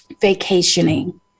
vacationing